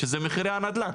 שזה מחירי הנדל"ן.